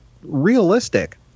Realistic